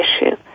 issue